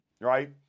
right